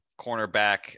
cornerback